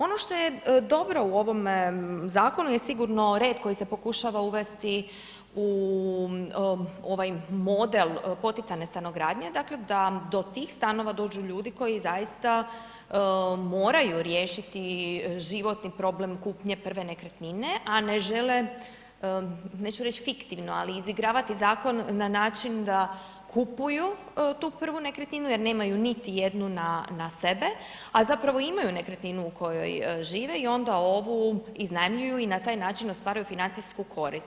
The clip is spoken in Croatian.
Ono što je dobro u ovom zakonu je sigurno red koji se pokušava uvesti u ovaj model poticajne stanogradnje, dakle da do tih stanova dođu ljudi koji zaista moraju riješiti životni problem kupnje prve nekretnine a ne žele, neću reći fiktivno ali izigravati zakon na način da kupuju tu prvu nekretninu jer nemaju niti jednu na sebe a zapravo imaju nekretninu u kojoj žive i onda ovu iznajmljuju i na taj način ostvaruju financijsku korist.